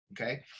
okay